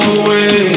away